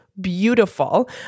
beautiful